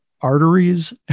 arteries